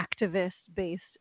activist-based